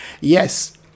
Yes